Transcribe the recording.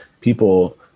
people